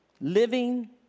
Living